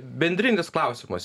bendrinis klausimas